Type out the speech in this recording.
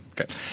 Okay